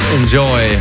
enjoy